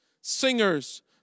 singers